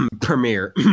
Premiere